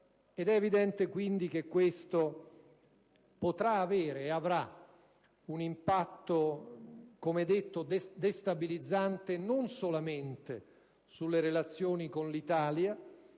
È evidente che questo potrà avere e avrà un impatto - come detto - destabilizzante, non solamente per le relazioni con l'Italia.